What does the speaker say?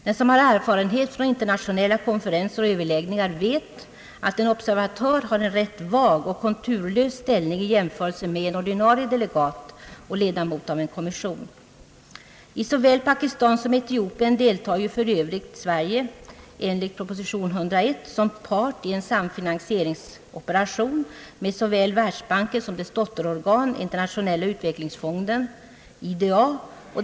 Den som har erfarenhet från internationella konferenser och överläggningar vet att en observatör har en rätt vag och konturlös ställning i jämförelse med en ordinarie delegat och ledamot av en kommission. I såväl Pakistan som Etiopien deltar för övrigt Sverige enligt proposition 101 som part i en samfinansieringsoperation med Världsbanken och dess dotterorgan, Internationella utvecklingsfonden, IDA.